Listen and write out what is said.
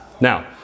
Now